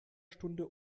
stunde